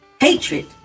hatred